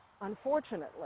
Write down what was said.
unfortunately